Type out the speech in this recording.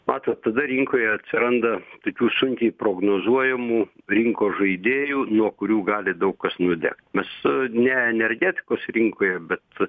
matot tada rinkoje atsiranda tokių sunkiai prognozuojamų rinkos žaidėjų nuo kurių gali daug kas nudegt mes ne energetikos rinkoje bet